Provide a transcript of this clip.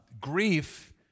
grief